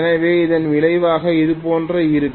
எனவே இதன் விளைவாக இதுபோன்று இருக்கும்